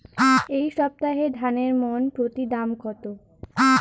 এই সপ্তাহে ধানের মন প্রতি দাম কত?